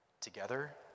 together